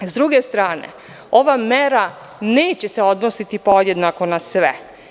S druge strane, ova mera neće se odnositi podjednako na sve.